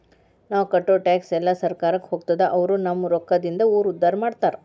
ನಾವ್ ಕಟ್ಟೋ ಟ್ಯಾಕ್ಸ್ ಎಲ್ಲಾ ಸರ್ಕಾರಕ್ಕ ಹೋಗ್ತದ ಅವ್ರು ನಮ್ ರೊಕ್ಕದಿಂದಾನ ಊರ್ ಉದ್ದಾರ ಮಾಡ್ತಾರಾ